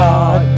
God